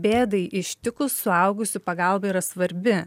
bėdai ištikus suaugusių pagalba yra svarbi